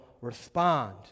respond